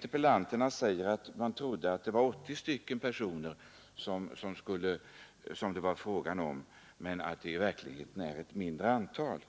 frågeställare sagt att man trodde att det var fråga om 80 personer men att det i verkligheten gäller ett mindre antal.